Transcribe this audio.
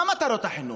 מה מטרות החינוך?